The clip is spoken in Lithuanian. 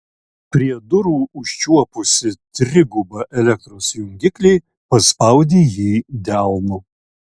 prie durų užčiuopusi trigubą elektros jungiklį paspaudė jį delnu